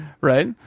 Right